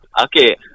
Okay